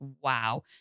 wow